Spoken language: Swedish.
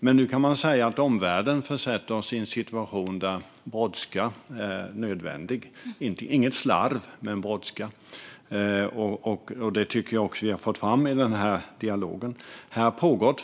Men nu kan man säga att omvärlden försätter oss i en situation där det är nödvändigt med brådska - inget slarv men brådska. Det tycker jag också att vi har fått fram i denna dialog. Fru talman!